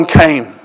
came